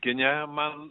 kine man